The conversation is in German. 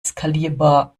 skalierbar